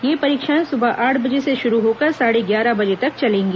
ये परीक्षाएं सुबह आठ बजे से शुरू होकर साढ़े ग्यारह बजे तक चलेंगी